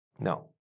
No